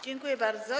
Dziękuję bardzo.